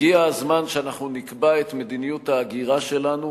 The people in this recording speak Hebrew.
הגיע הזמן שאנחנו נקבע את מדיניות ההגירה שלנו,